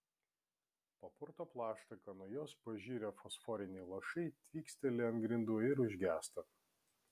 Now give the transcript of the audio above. papurto plaštaką nuo jos pažirę fosforiniai lašai tvyksteli ant grindų ir užgęsta